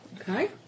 Okay